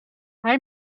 hij